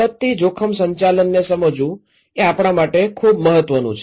આપત્તિ જોખમ સંચાલનને સમજવું એ આપણા માટે ખૂબ મહત્વનું છે